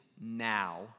now